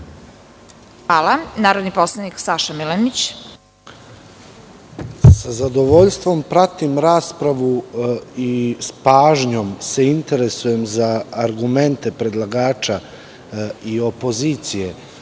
Saša Milenić. **Saša Milenić** Sa zadovoljstvom pratim raspravu i s pažnjom se interesujem za argumente predlagača i opozicije